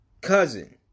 cousin